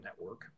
network